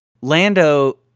Lando